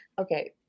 Okay